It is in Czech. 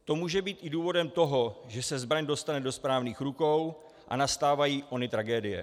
To může být i důvodem toho, že se zbraň dostane do správných (?) rukou a nastávají ony tragédie.